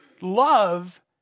love